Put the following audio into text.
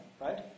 right